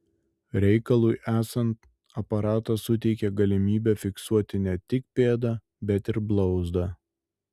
reikalui esant aparatas suteikia galimybę fiksuoti ne tik pėdą bet ir blauzdą